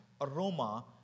aroma